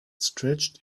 stretched